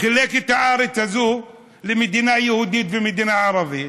שחילק את הארץ הזאת למדינה יהודית ומדינה ערבית.